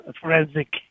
forensic